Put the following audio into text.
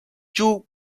you